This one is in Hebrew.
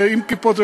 ועם כיפות,